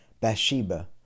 Bathsheba